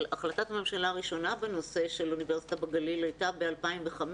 אבל החלטת הממשלה הראשונה בנושא של אוניברסיטה בגליל הייתה ב-2005,